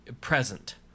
Present